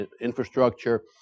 infrastructure